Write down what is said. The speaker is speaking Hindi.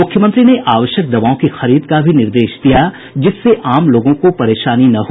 मुख्यमंत्री ने आवश्यक दवाओं की खरीद का भी निर्देश दिया जिससे आम लोगों को परेशानी न हो